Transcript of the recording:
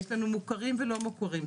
יש לנו מוכרים ולא מוכרים,